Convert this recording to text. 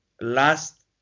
last